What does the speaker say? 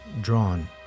drawn